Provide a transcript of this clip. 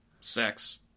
sex